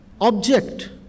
object